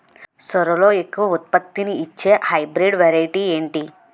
సోరలో ఎక్కువ ఉత్పత్తిని ఇచే హైబ్రిడ్ వెరైటీ ఏంటి?